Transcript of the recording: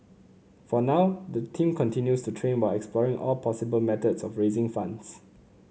for now the team continues to train while exploring all possible methods of raising funds